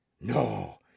no